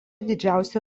didžiausia